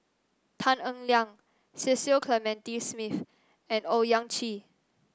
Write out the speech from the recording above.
Tan Eng Liang Cecil Clementi Smith and Owyang Chi